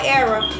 era